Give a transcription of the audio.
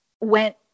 went